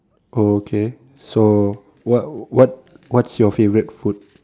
oh okay so what what what's your favourite food